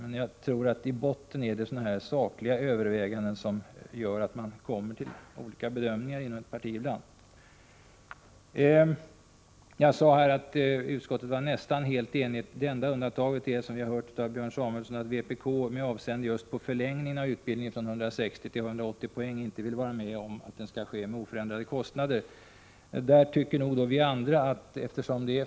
Men jag tror att det främst är sådana här sakliga överväganden som gör att man inom ett parti ibland har olika bedömning. Jag sade att utskottet var nästan helt enigt. Det enda undantaget är, som vi har hört av Björn Samuelson, att vpk inte vill vara med om att förlängningen av utbildningen från 160 till 180 poäng skall ske till oförändrade kostnader.